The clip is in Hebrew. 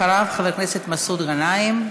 אחריו, חבר הכנסת מסעוד גנאים.